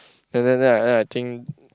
then then then I I think